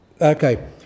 Okay